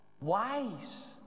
wise